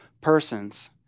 persons